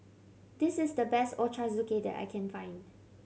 this is the best Ochazuke that I can find